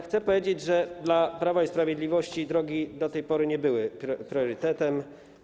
Chcę powiedzieć, że dla Prawa i Sprawiedliwości drogi do tej pory nie były priorytetem.